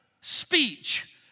speech